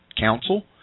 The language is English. council